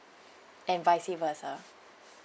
and vice versa